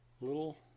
little